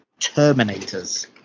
terminators